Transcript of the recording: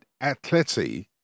Atleti